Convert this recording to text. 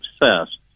obsessed